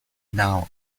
now